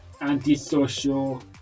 antisocial